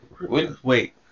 Wait